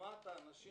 התאמת האנשים